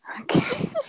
Okay